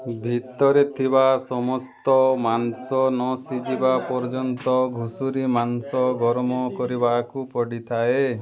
ଭିତରେ ଥିବା ସମସ୍ତ ମାଂସ ନ ସିଝିବା ପର୍ଯ୍ୟନ୍ତ ଘୁଷୁରି ମାଂସ ଗରମ କରିବାକୁ ପଡ଼ିଥାଏ